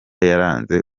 yaranze